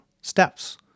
steps